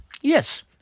Yes